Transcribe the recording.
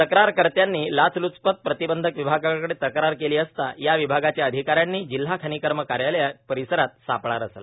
तक्रारकर्त्यांनी लाचल्चपत प्रतीबंधक विभागाकडे तक्रार केली असता या विभागाच्या अधिकाऱ्यांनी जिल्ह्या खनिकर्म कार्यालय परिसरात सापळा रचला